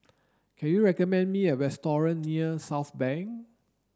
can you recommend me a restaurant near Southbank